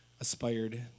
aspired